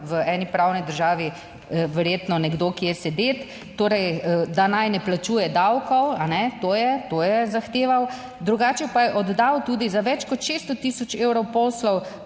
v eni pravni državi verjetno nekdo kje sedeti, torej, da naj ne plačuje davkov, to je zahteval. Drugače pa je oddal tudi za več kot 600 tisoč evrov poslov